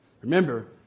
Remember